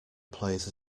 plays